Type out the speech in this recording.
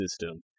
system